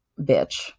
bitch